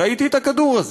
ראיתי את הכדור הזה.